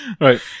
Right